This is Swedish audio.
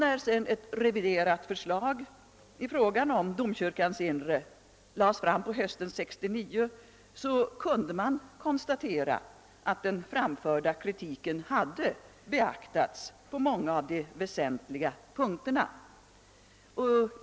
När sedan ett reviderat förslag i fråga om domkyrkans inre lades fram på hösten 1969 kunde man konstatera, att den framförda kritiken hade beaktats på många av de väsentliga punkterna.